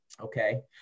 Okay